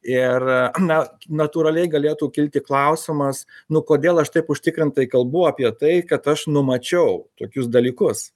ir na natūraliai galėtų kilti klausimas nu kodėl aš taip užtikrintai kalbu apie tai kad aš numačiau tokius dalykus